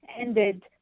ended